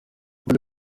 papa